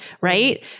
right